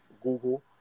Google